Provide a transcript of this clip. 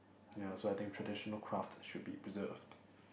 ya so I think traditional craft should be preserved